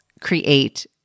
create